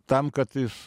tam kad jis